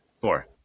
Four